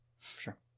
Sure